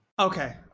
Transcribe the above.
Okay